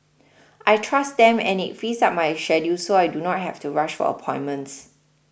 I trust them and it frees up my schedule so I do not have to rush for appointments